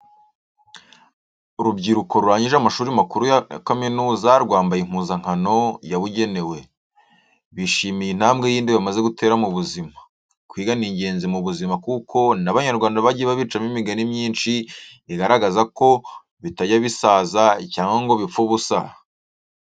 Urubyiruko rurangije amashuri makuru ya kaminuza rwambaye impuzankano yabugenewe, bishimiye intambwe yindi bamaze gutera mu buzima. Kwiga ni ingenzi mu buzima kuko n'Abanyarwanda bagiye babicamo imigani myinshi igaragaza ko bitajya bisaza cyangwa ngo bipfe ubusa.